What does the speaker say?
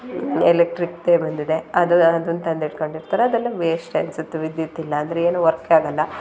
ಎಲೆಕ್ಟ್ರಿಕ್ದೇ ಬಂದಿದೆ ಅದು ಅದನ್ನು ತಂದು ಇಟ್ಕೊಂಡಿರ್ತಾರೆ ಅದೆಲ್ಲ ವೇಶ್ಟ್ ಅನ್ಸುತ್ತೆ ವಿದ್ಯುತ್ ಇಲ್ಲಾಂದರೆ ಏನೂ ವರ್ಕೇ ಆಗೋಲ್ಲ